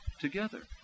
together